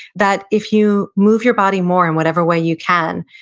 that if you move your body more in whatever way you can,